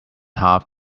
half